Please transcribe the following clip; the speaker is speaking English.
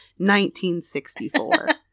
1964